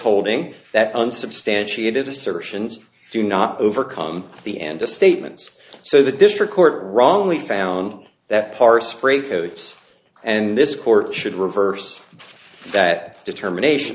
holding that unsubstantiated assertions do not overcome the end of statements so the district court wrongly found that parse sprague and this court should reverse that determination